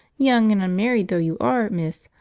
young and unmarried though you are, miss,